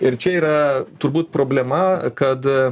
ir čia yra turbūt problema kad